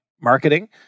marketing